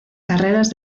carreras